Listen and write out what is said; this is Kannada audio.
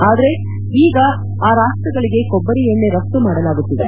ಆದರೆ ಈಗ ಈ ರಾಷ್ಷಗಳಿಗೆ ಕೊಬ್ಬರಿ ಎಣ್ಣೆ ರಫ್ತು ಮಾಡಲಾಗುತ್ತಿದೆ